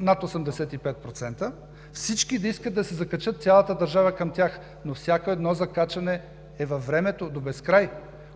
над 85%, всички да искат да се закачат – цялата държава към тях, но всяко едно закачане е във времето до безкрай.